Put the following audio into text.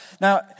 Now